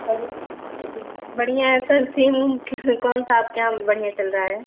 बढ़िया है sir sim वीम कौन सा आपके यहाँ बढ़िया चल रहा है